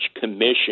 commission